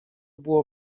było